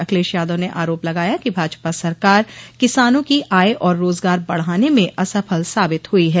अखिलेश यादव ने आरोप लगाया कि भाजपा सरकार किसानों की आय और रोजगार बढ़ाने में असफल साबित हुई है